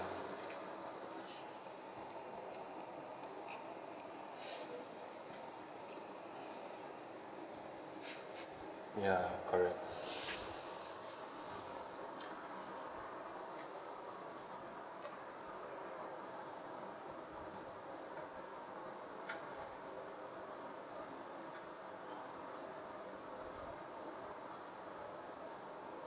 ya correct